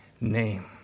name